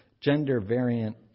gender-variant